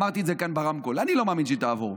אמרתי את זה כאן ברמקול: אני לא מאמין שהיא תעבור.